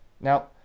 Now